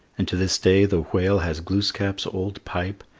and to this day the whale has glooskap's old pipe,